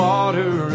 Water